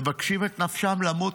מבקשות את עצמן למות.